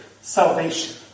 salvation